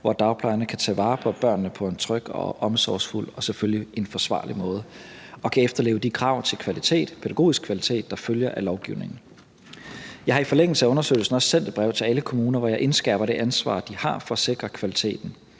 hvor dagplejerne kan tage vare på børnene på en tryg og omsorgsfuld og selvfølgelig forsvarlig måde og kan efterleve de krav til pædagogisk kvalitet, der følger af lovgivningen. Jeg har i forlængelser af undersøgelsen også sendt et brev til alle kommuner, hvor jeg indskærper det ansvar, de har for at sikre kvaliteten.